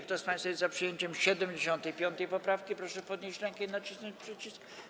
Kto z państwa jest za przyjęciem 75. poprawki, proszę podnieść rękę i nacisnąć przycisk.